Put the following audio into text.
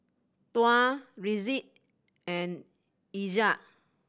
Tuah Rizqi and Aizat